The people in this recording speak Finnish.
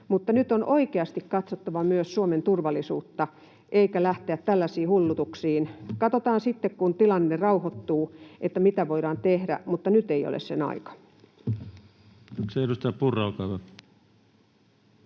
Mutta nyt on oikeasti katsottava myös Suomen turvallisuutta, eikä voi lähteä tällaisiin hullutuksiin. Katsotaan sitten, kun tilanne rauhoittuu, että mitä voidaan tehdä, mutta nyt ei ole sen aika. [Speech 255] Speaker: